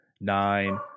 nine